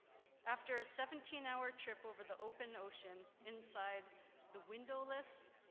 after a seventeen hour trip over the open ocean inside the windowless,